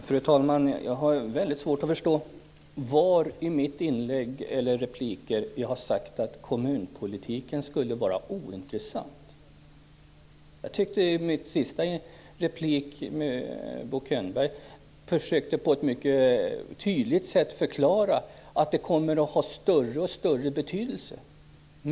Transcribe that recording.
Fru talman! Jag har väldigt svårt att förstå var i mitt anförande eller i mina repliker som jag har sagt att kommunalpolitiken skulle vara ointressant. I min sista replik till Bo Könberg försökte jag mycket tydligt förklara att det kommer att få allt större betydelse.